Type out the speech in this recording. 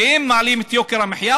שמעלים את יוקר המחיה.